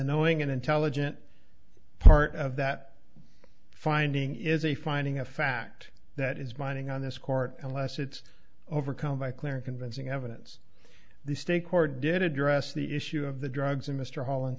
knowing and intelligent part of that finding is a finding of fact that is mining on this court unless it's overcome by clear and convincing evidence the state court did address the issue of the drugs in mr holland